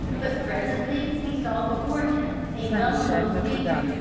but presently he saw before him a well-known figure,